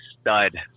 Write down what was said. stud